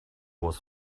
was